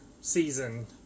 season